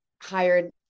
hired